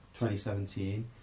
2017